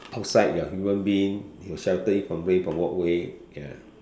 outside you are human being you will shelter it from way from walkway ya